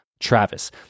Travis